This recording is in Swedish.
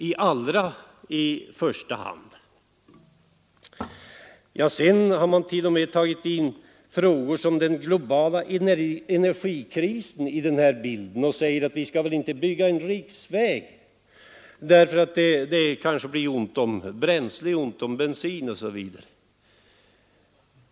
I bilden har man t.o.m. tagit in frågor som den globala energikrisen; man har sagt att vi inte skall bygga en riksväg därför att det kanske blir ont om bensin.